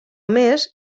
més